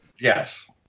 Yes